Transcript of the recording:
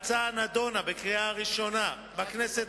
ההצעה נדונה בקריאה הראשונה בכנסת, אתה יכול